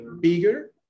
bigger